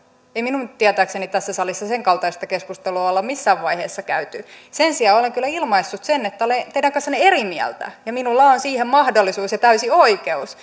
ei minun tietääkseni tässä salissa senkaltaista keskustelua ole missään vaiheessa käyty sen sijaan olen kyllä ilmaissut sen että olen teidän kanssanne eri mieltä ja minulla on on siihen mahdollisuus ja täysi oikeus